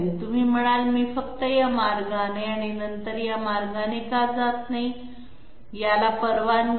तुम्ही म्हणाल मी फक्त या मार्गाने आणि नंतर या मार्गाने का जात नाही नाही याला परवानगी नाही